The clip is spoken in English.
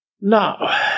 Now